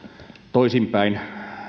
toisinpäin